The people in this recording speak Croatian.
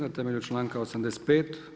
Na temelju članka 85.